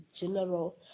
general